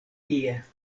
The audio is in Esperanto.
tie